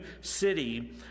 city